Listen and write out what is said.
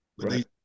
Right